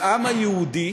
לעם היהודי